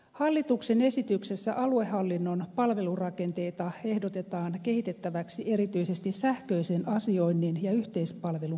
hallituksen esityksessä aluehallinnon palvelurakenteita ehdotetaan kehitettäväksi erityisesti sähköisen asioinnin ja yhteispalvelun käyttöönoton kautta